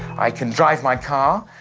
i can drive my car.